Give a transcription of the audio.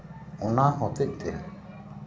ᱚᱱᱟ ᱦᱚᱛᱮᱫ ᱛᱮ